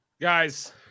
Guys